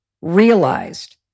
realized